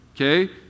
okay